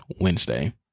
Wednesday